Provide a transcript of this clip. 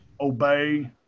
obey